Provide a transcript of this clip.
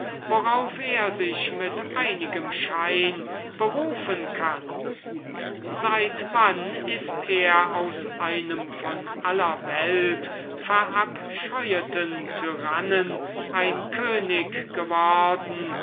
worauf er sich mit einigem schein berufen kann seit wenn ist er aus einem von aller welt verabscheueten tyrannen ein könig geworden